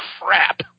crap